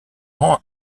rend